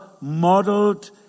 modeled